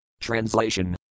Translation